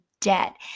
debt